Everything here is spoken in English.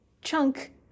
chunk